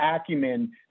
acumen